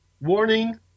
warning